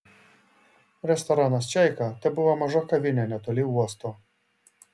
restoranas čaika tebuvo maža kavinė netoli uosto